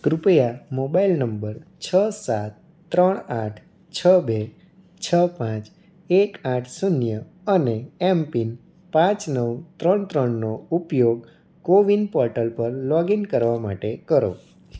કૃપયા mobile number છ સાત ત્રણ આઠ છ બે છ પાંચ એક આઠ શૂન્ય અને એમ પિન પાંચ નવ ત્રણ ત્રણનો ઉપયોગ કોવિન પોર્ટલ પર લોગઇન કરવા માટે કરો